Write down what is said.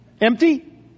Empty